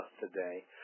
today